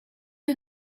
you